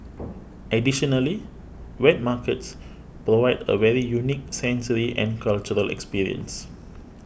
additionally wet markets provide a very unique sensory and cultural experience